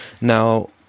Now